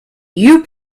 you